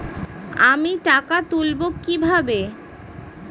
আমি টাকা তুলবো কি ভাবে?